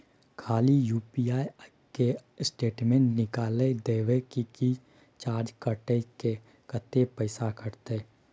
खाली यु.पी.आई के स्टेटमेंट निकाइल देबे की चार्ज कैट के, कत्ते पैसा कटते?